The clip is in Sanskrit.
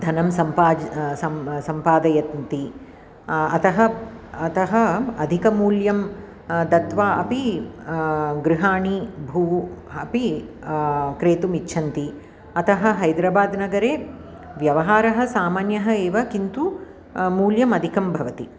धनं सम्पाज् सम् सम्पादयन्ति अतः अतः अधिकमूल्यं दत्वा अपि गृहाणि भू अपि क्रेतुम् इच्छन्ति अतः हैद्राबाद्नगरे व्यवहारः समान्यः एव किन्तु मूल्यम् अधिकं भवति